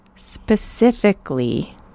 specifically